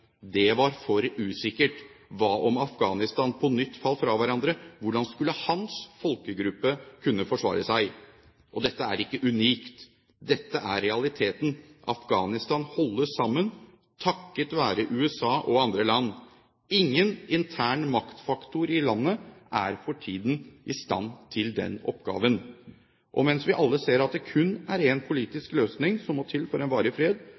det var for usikkert. Hva om Afghanistan på nytt falt fra hverandre? Hvordan skulle hans folkegruppe kunne forsvare seg? Dette er ikke unikt, dette er realiteten. Afghanistan holdes sammen takket være USA og andre land. Ingen intern maktfaktor i landet er for tiden i stand til å ha den oppgaven. Mens vi alle ser at det kun er en politisk løsning som må til for en varig fred,